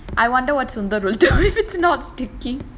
I wonder what sundar will do if it's not sticking